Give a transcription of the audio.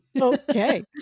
Okay